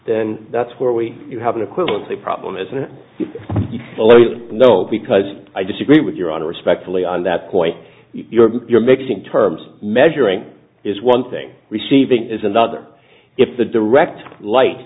then that's where we have an equivalent the problem isn't you know because i disagree with your own respectfully on that point you're you're mixing terms measuring is one thing receiving is another if the direct light